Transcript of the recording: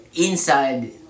inside